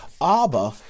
Abba